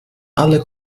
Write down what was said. alle